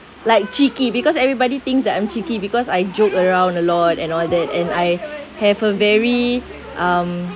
like cheeky because everybody thinks that I'm cheeky because I joke around a lot and all that and I have a very um